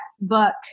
book